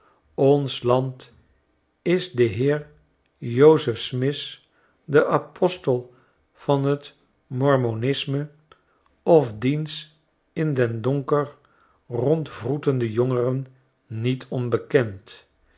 ons land is den heer joseph smith den apostel van t mormonisme of diens in den donker rondwroetende jongeren niet onbekend